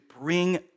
bring